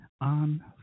on